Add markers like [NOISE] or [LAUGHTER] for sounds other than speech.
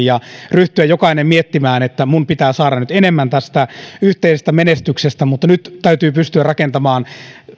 [UNINTELLIGIBLE] ja ryhtyä jokainen miettimään että minun pitää saada nyt enemmän tästä yhteisestä menestyksestä mutta nyt täytyy pystyä rakentamaan